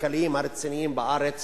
הכלכליים הרציניים בארץ